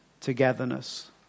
togetherness